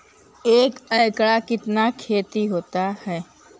एक एकड़ कितना खेति होता है?